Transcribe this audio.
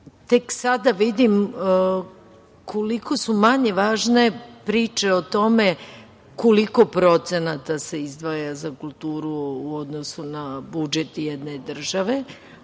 sada vidim koliko su manje važne priče o tome koliko procenata se izdvaja za kulturu u odnosu na budžet jedne države,